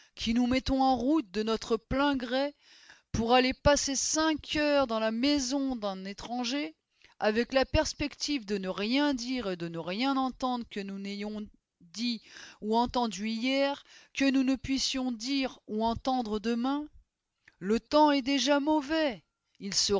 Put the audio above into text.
qui nous mettons en route de notre plein gré pour aller passer cinq heures dans la maison d'un étranger avec la perspective de ne rien dire et de ne rien entendre que nous n'ayons dit ou entendu hier que nous ne puissions dire ou entendre demain le temps est déjà mauvais il sera